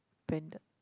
branded